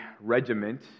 regiment